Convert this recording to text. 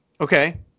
okay